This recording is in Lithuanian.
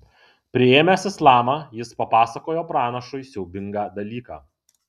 priėmęs islamą jis papasakojo pranašui siaubingą dalyką